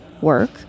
work